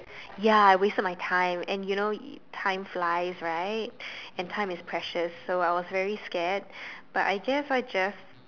ya wasted my time and you know time flies right and time is precious so I was very scared but I guess I just